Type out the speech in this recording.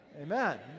Amen